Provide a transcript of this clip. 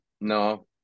No